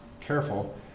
careful